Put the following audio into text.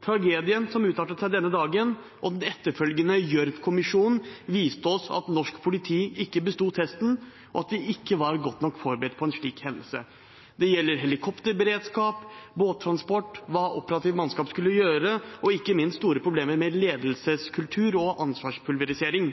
Tragedien som utartet seg denne dagen, og den etterfølgende Gjørv-kommisjonen viste oss at norsk politi ikke besto testen, og at vi ikke var godt nok forberedt på en slik hendelse. Det gjelder helikopterberedskap, båttransport, hva operativt mannskap skulle gjøre, og ikke minst store problemer med ledelseskultur og ansvarspulverisering.